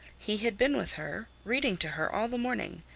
he had been with her, reading to her all the morning,